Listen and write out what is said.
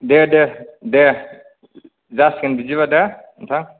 दे दे दे जासिगोन बिदिबा दे नोंथां